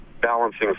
balancing